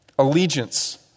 Allegiance